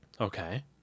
Okay